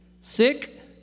Sick